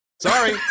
sorry